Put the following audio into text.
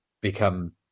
become